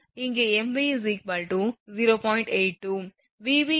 Vv 158